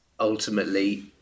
Ultimately